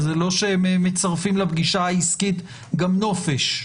וזה לא שהם מצרפים לפגישה העסקית גם נופש,